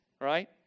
right